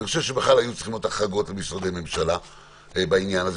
אני חושב שבכלל היו צריכים עוד החרגות למשרדי ממשלה בעניין הזה,